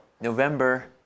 November